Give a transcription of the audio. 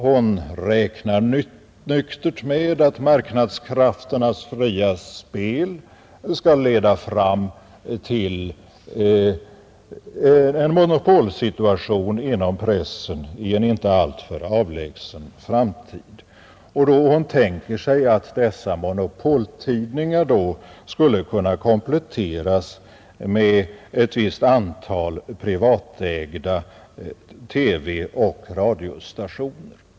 Hon räknar nyktert med att marknadskrafternas fria spel skall leda fram till en monopolsituation inom pressen inom en inte alltför avlägsen framtid, då hon tänker sig att dessa monopoltidningar skulle kunna kompletteras med ett visst antal privatägda TV och radiostationer.